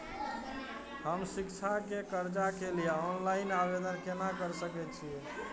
हम शिक्षा के कर्जा के लिय ऑनलाइन आवेदन केना कर सकल छियै?